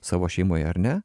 savo šeimoje ar ne